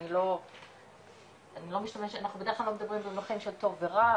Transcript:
ואנחנו בדרך כלל לא מדברים במונחים של 'טוב ורע',